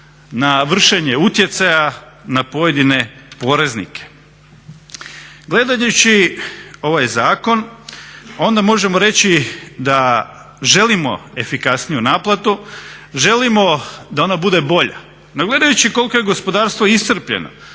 na vršenje utjecaja na pojedine poreznike. Gledajući ovaj zakon onda možemo reći da želimo efikasniju naplatu, želimo da ona bude bolja, no gledajući koliko je gospodarstvo iscrpljeno